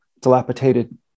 dilapidated